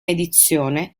edizione